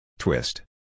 Twist